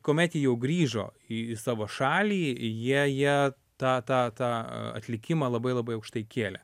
kuomet jie jau grįžo į savo šalį jie jie tą tą tą atlikimą labai labai aukštai kėlė